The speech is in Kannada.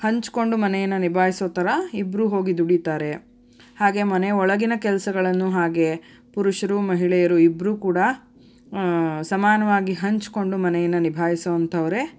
ಹಂಚಿಕೊಂಡು ಮನೆಯನ್ನು ನಿಭಾಯಿಸೋ ಥರ ಇಬ್ಬರೂ ಹೋಗಿ ದುಡೀತಾರೆ ಹಾಗೆ ಮನೆ ಒಳಗಿನ ಕೆಲಸಗಳನ್ನು ಹಾಗೆ ಪುರುಷರು ಮಹಿಳೆಯರು ಇಬ್ಬರೂ ಕೂಡ ಸಮಾನವಾಗಿ ಹಂಚಿಕೊಂಡು ಮನೆಯನ್ನು ನಿಭಾಯಿಸುವಂಥವ್ರೆ